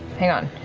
hang on.